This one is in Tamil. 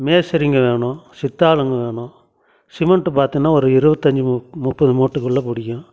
மேஸ்திரிங்க வேணும் சித்தாளுங்க வேணும் சிமெண்ட்டு பார்த்திங்கனா ஒரு இருபத்தஞ்சி மு முப்பது மூட்டக்குள்ளே பிடிக்கும்